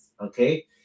okay